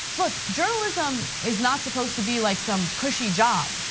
look, journalism is not supposed to be like some cushy job.